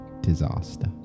disaster